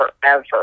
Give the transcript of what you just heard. forever